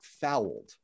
Fouled